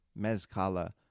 Mezcala